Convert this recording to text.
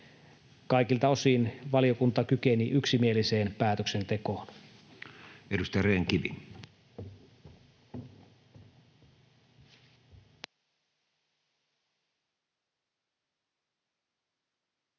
kaikilta osin valiokunta kykeni yksimieliseen päätöksentekoon.